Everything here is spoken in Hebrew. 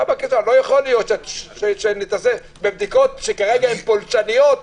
לא יכול להיות שנצטרך להכביד על תושבי אילת בבדיקות פולשניות כרגע,